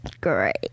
great